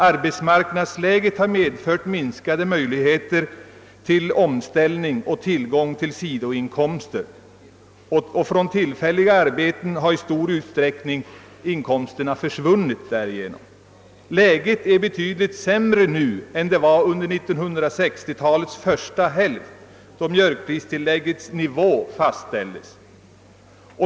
Arbetsmarknadsläget har medfört minskade möjligheter till omställning, och tillgången till sidoinkomster från tillfälliga arbeten har i stor utsträckning försvunnit. Läget är betydligt sämre nu än det var under 1960-talets första hälft, då mjölkpristilläggets nivå fastställdes.